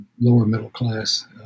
lower-middle-class